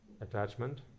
Attachment